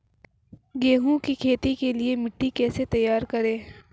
गेहूँ की खेती के लिए मिट्टी कैसे तैयार करें?